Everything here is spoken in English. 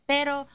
Pero